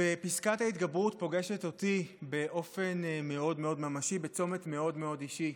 פסקת ההתגברות פוגשת אותי באופן מאוד מאוד ממשי בצומת מאוד מאוד אישי,